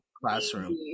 classroom